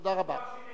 תודה רבה.